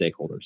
stakeholders